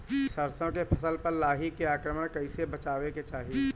सरसो के फसल पर लाही के आक्रमण से कईसे बचावे के चाही?